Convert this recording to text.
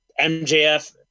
MJF